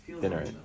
dinner